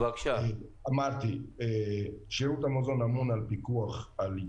אז אני מסכים איתך ולכן